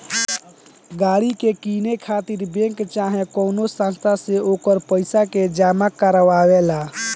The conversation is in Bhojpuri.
गाड़ी के किने खातिर बैंक चाहे कवनो संस्था से ओकर पइसा के जामा करवावे ला